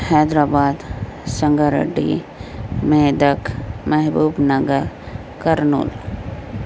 حیدر آباد سنگاریڈی میدک محبوب نگر کرنول